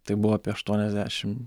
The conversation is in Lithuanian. tai buvo apie aštuoniasdešim